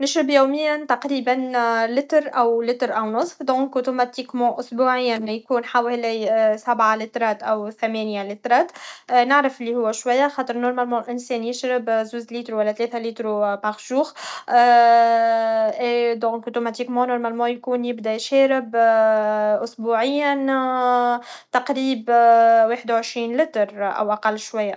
نشرب يوميا تقريبا لتر او لترو نص دونك اوتوماتيكمن أسبوعيا يكون حوالي سبع لطرات او ثمانيه لطرات نعرف لي هو شوي خاطرنورمالمون الانسان يشرب زوز ليترولا تلاثه ليتر باغ جوغ أي دونك اوتوماتيكمون نورمالمون يكون شارب أسبوعيا تقريب واحد وعشرين لتر او اقل شويه